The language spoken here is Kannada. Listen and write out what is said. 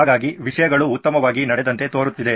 ಹಾಗಾಗಿ ವಿಷಯಗಳು ಉತ್ತಮವಾಗಿ ನಡೆದಂತೆ ತೋರುತ್ತಿದೆ